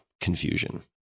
confusion